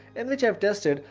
and which i have tested,